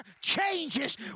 changes